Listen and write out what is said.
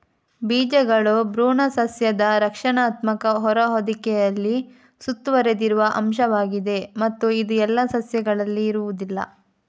ಬೀಜಗಳು ಭ್ರೂಣ ಸಸ್ಯದ ರಕ್ಷಣಾತ್ಮಕ ಹೊರ ಹೊದಿಕೆಯಲ್ಲಿ ಸುತ್ತುವರೆದಿರುವ ಅಂಶವಾಗಿದೆ ಮತ್ತು ಇದು ಎಲ್ಲಾ ಸಸ್ಯಗಳಲ್ಲಿ ಇರುವುದಿಲ್ಲ